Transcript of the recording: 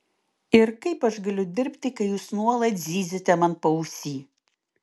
ir kaip aš galiu dirbti kai jūs nuolat zyziate man paausy